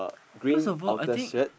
first of all I think